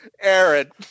Aaron